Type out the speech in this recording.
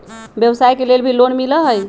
व्यवसाय के लेल भी लोन मिलहई?